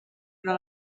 però